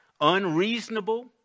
unreasonable